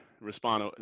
respond